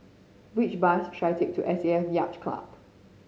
which bus should I take to S A F Yacht Club